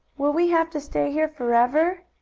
will we have to stay here forever?